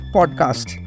Podcast